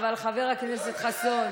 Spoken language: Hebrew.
אבל, חבר הכנסת חסון,